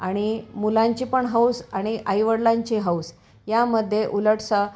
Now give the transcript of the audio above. आणि मुलांची पण हौस आणि आई वडलांची हौस यामध्ये उलटसा